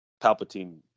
Palpatine